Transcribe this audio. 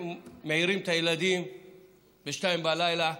ומעירים את הילדים ב-02:00,